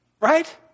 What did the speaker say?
Right